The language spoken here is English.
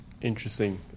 Interesting